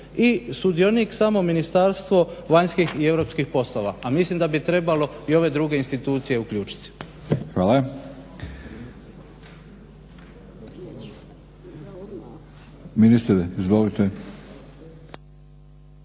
i sudionik samo Ministarstvo vanjskih i europskih poslova. A mislim da bi trebalo i ove druge institucije uključiti. **Batinić, Milorad